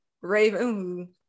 raven